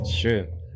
True